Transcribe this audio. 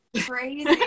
crazy